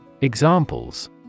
Examples